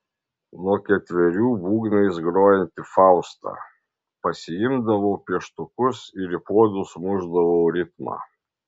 nuo ketverių būgnais grojanti fausta pasiimdavau pieštukus ir į puodus mušdavau ritmą